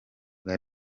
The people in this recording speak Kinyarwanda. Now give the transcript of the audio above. bwa